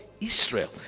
Israel